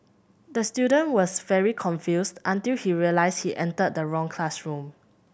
the student was very confused until he realised he entered the wrong classroom